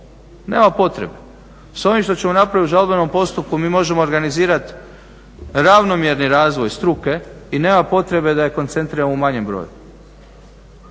nema potrebe. S ovim što ćemo napraviti u žalbenom postupku mi možemo organizirati ravnomjerni razvoj struke i nema potrebe da je koncentriramo u manji broj.